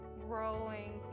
growing